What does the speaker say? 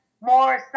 More